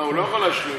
הוא לא יכול להשלים.